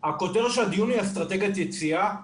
הכותרת של הדיון היא אסטרטגיית יציאה,